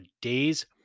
days